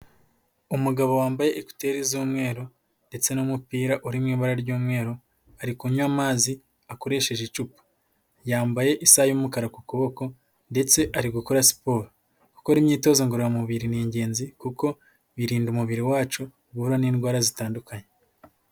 Umugabo wambaye ekuteri z'umweru, ndetse n'umupira uri mu ibara ry'umweru, ari kunywa amazi akoresheje icupa. Yambaye isaha y'umukara ku kuboko, ndetse ari gukora siporo. Gukora imyitozo ngororamubiri ni ingenzi, kuko birinda umubiri wacu guhura n'indwara zitandukanye.